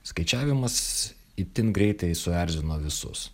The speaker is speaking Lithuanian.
skaičiavimas itin greitai suerzino visus